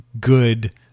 good